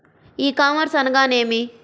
ఈ కామర్స్ అనగా నేమి?